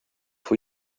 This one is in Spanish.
fue